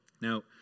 Now